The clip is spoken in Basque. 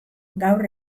gaur